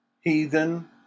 Heathen